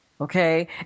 Okay